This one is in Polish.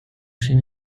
się